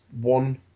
one